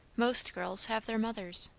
most girls have their mothers.